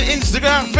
Instagram